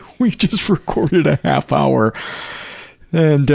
we just recorded a half hour and